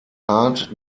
hart